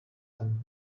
them